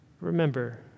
Remember